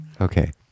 Okay